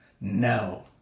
No